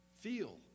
Feel